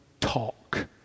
talk